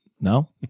No